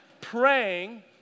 praying